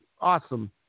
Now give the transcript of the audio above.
awesome